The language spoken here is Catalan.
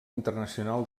internacional